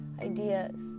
ideas